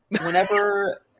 whenever